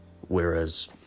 whereas